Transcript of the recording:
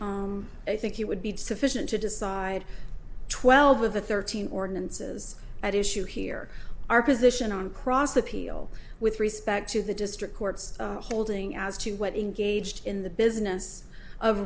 i think it would be sufficient to decide twelve of the thirteen ordinances at issue here our position on cross appeal with respect to the district court's holding as to what engaged in the business of